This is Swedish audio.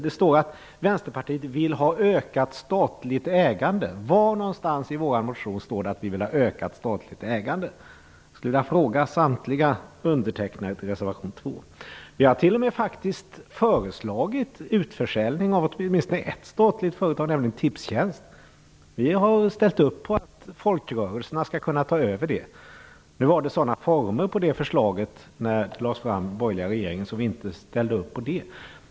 Det står att Vänsterpartiet vill ha ökat statligt ägande. Var någonstans i vår motion står det att vi vill ha ökat statligt ägande? Vi har t.o.m. föreslagit utförsäljning av åtminstone ett statligt företag, nämligen Tipstjänst. Vi har ställt upp på att folkrörelserna skall kunna ta över det. Nu hade det förslaget sådana former när det lades fram av den borgerliga regeringen att vi inte ställde upp på det.